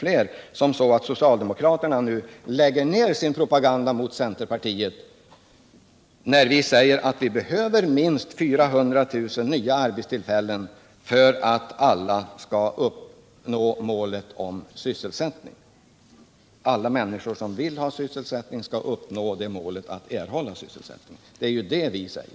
Jag hoppas att socialdemokraterna nu lägger ned sin propaganda mot centerpartiet när vi säger att det behövs minst 400 000 nya arbetstillfällen för att alla människor som vill ha sysselsättning skall erhålla den — det är ju det vi säger.